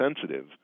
sensitive